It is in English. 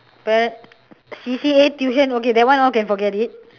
but C_C_A tuition okay that one all can forget it